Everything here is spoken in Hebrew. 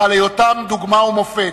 ועל היותם דוגמה ומופת.